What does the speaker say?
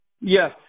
Yes